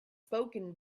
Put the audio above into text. spoken